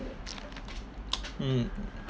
mm